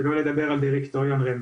שלא לדבר על דירקטוריון רשות מקרקעי